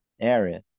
area